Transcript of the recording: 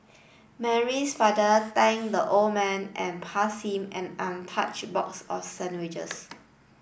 Mary's father thanked the old man and passed him an untouched box of sandwiches